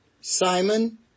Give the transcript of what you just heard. Simon